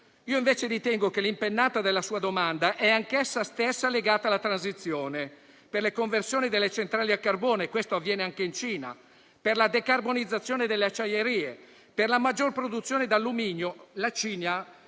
Io invece ritengo che l'impennata della sua domanda è anch'essa legata alla transizione, per le conversioni delle centrali a carbone, e questo avviene anche in Cina; per la decarbonizzazione delle acciaierie; per la maggior produzione di alluminio